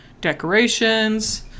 decorations